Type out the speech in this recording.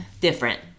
different